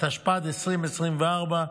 התשפ"ד 2024,